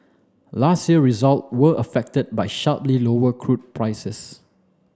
last year result were affected by sharply lower crude prices